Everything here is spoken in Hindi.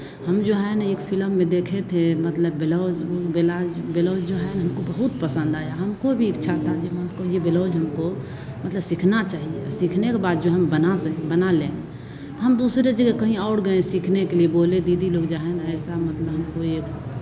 हम जो है ना एक फिलम में देखे थे मतलब बेलौज बेलाज बेलौज जो है ना हमको बहुत पसंद आया हमको भी इच्छा था जो मतलब को जो बेलौज हमको मतलब सीखना चाहिए आ सीखने के बाद जो है हम बना सक बना लें हम दूसरे जगह कहीं और गए सीखने के लिए बोले दीदी लोग जो है ना ऐसा मतलब हमको ये